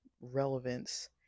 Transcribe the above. relevance